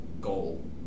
goal